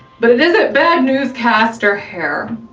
but it isn't bad newscaster hair.